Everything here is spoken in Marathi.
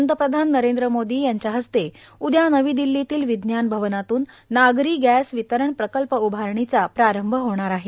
पंतप्रधान नरेंद्र मोदी यांच्या हस्ते उद्या नवी दिल्लीतल्या विज्ञान भवनातून नागरी गॅस वितरण प्रकल्प उभारणीचा प्रारंभ होणार आहे